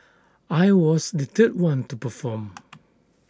I was the third one to perform